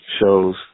shows